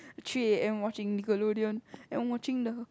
three A_M watching NIckelodeon and watching the